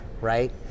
right